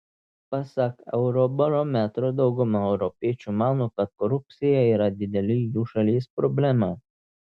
pasak eurobarometro dauguma europiečių mano kad korupcija yra didelė jų šalies problema